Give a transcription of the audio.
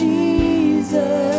Jesus